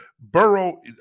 Burrow –